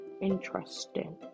Interesting